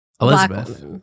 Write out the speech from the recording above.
Elizabeth